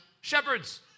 shepherds